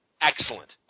Excellent